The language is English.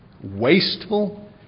wasteful